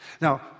Now